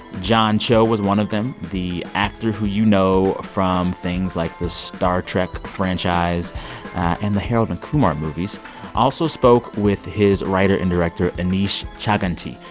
john cho was one of them, the actor who you know from things like the star trek franchise and the harold and kumar movies also spoke with his writer and director aneesh chaganty,